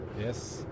Yes